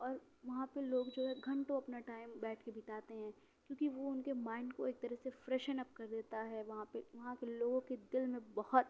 اور وہاں پہ لوگ جو ہیں گھنٹوں اپنا ٹائم بیٹھ کے بتاتے ہیں کیونکہ وہ ان کے مائنڈ کو ایک طریقے سے فریشین اپ کر دیتا ہے وہاں پہ لوگوں کو دل میں بہت